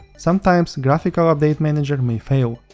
sometimes graphical update manager may fail,